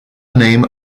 name